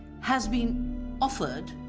has been offered